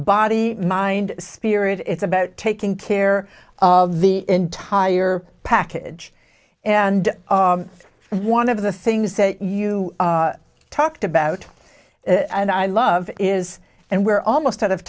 body mind spirit it's about taking care of the entire package and one of the things that you talked about and i love is and we're almost out of